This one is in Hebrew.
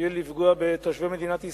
בשביל לפגוע בתושבי מדינת ישראל.